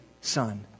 Son